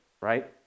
right